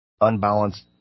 unbalanced